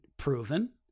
proven